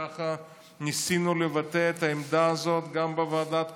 ככה ניסינו לבטא את העמדה הזאת גם בוועדת הקורונה,